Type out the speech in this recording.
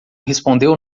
respondeu